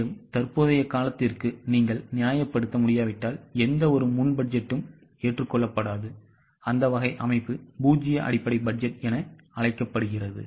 எனவே தற்போதைய காலத்திற்கு நீங்கள் நியாயப்படுத்த முடியாவிட்டால் எந்தவொரு முன் பட்ஜெட்டும் ஏற்றுக்கொள்ளப்படாது அந்த வகை அமைப்பு பூஜ்ஜிய அடிப்படைபட்ஜெட்என அழைக்கப்படுகிறது